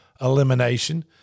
elimination